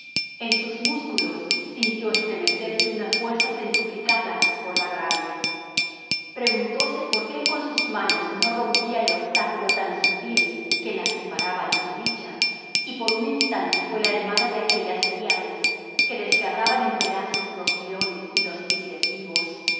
en sus músculos sintió estremecerse una fuerza centuplicada por la rabia preguntose por qué con sus manos no rompía el obstáculo tan sutil que la separaba de su dicha y por un instante fue la hermana de aquellas thyades que desgarraban en pedazos los leones y los tigres vivos